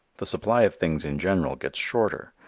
the supply of things in general gets shorter.